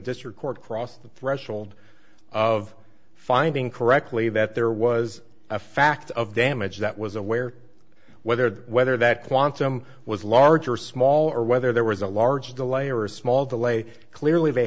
district court crossed the threshold of finding correctly that there was a fact of damage that was aware whether the whether that quantum was large or small or whether there was a large delay or a small delay clearly they